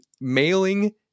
mailing